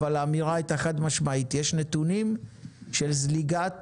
אבל האמירה הייתה חד משמעית יש נתונים של זליגת